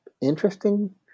interesting